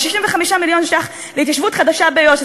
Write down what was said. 65 מיליון שקלים להתיישבות חדשה ביו"ש,